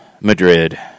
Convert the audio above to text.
Madrid